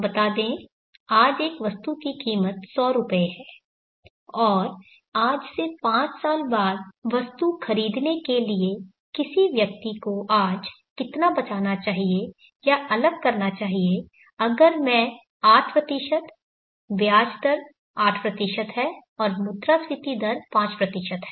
बता दें आज एक वस्तु की कीमत 100 रुपये है और आज से पांच साल बाद वस्तु खरीदने के लिए किसी व्यक्ति को आज कितना बचाना चाहिए या अलग करना चाहिए अगर मैं 8 ब्याज दर 8 प्रतिशत है और मुद्रास्फीति दर 5 है